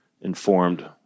informed